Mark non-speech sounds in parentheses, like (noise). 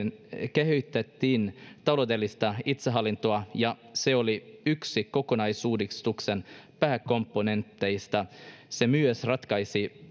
kehitettiin taloudellista itsehallintoa ja se oli yksi kokonaisuudistuksen pääkomponenteista se myös ratkaisi (unintelligible)